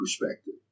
perspective